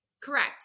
Correct